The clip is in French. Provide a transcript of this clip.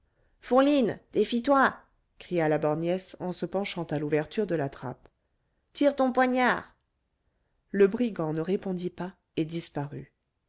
fourline défie toi cria la borgnesse en se penchant à l'ouverture de la trappe tire ton poignard le brigand ne répondit pas et disparut